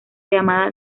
llamada